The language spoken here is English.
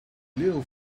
little